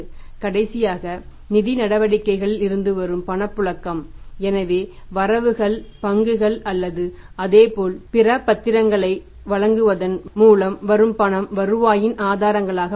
கடைசியாக நிதி நடவடிக்கைகளில் இருந்து வரும் பணப்புழக்கம் எனவே வரவுகள் பங்குகள் அல்லது அதுபோல் பிற கருவிகளை வழங்குவதன் மூலம் வரும் பணம் வருவாயின் ஆதாரங்களாக உள்ளன